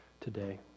today